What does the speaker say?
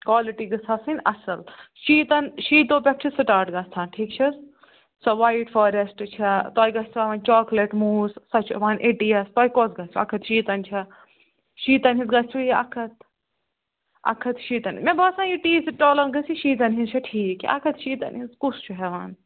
quality گٔژھ آسٕنۍ اَصٕل شیٖتَن شیٖتو پٮ۪ٹھ چھُ سِٹاٹ گَژھان ٹھیٖک چھِ حظ سۄ وایِٹ فارٮ۪سٹ چھےٚ تۄہہِ گژھِوا وۄنۍ چاکلیٹ موٗز سۄ چھِ وَن ایٚٹِیَس تۄہہِ کۄس گژھِ اکھ ہَتھ شیٖتَن چھےٚ شیٖتن ہِنٛز گژھِوٕ یا اکھ ہتھ اکھ ہتھ شیٖتَن مےٚ باسان یہِ ٹی سِٹالن گٔژھ یہِ شیٖتن ہِنٛز چھےٚ ٹھیٖک کہِ اکھ ہتھ شیٖتن ہِنٛز کُس چھُ ہٮ۪وان